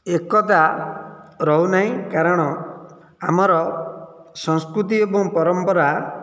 ଏକତା ରହୁନାହିଁ କାରଣ ଆମର ସଂସ୍କୃତି ଏବଂ ପରମ୍ପରା